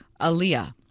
Aaliyah